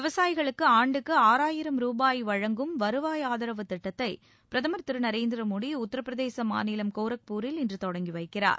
விவசாயிகளுக்கு ஆண்டுக்கு ஆறாயிரம் ரூபாய் வழங்கும் வருவாய் ஆதரவு திட்டத்தை பிரதுர் திரு நரேந்திர மோடி உத்தரப்பிரதேச மாநிலம் கோரக்பூரில் இன்று தொடங்கி வைக்கிறார்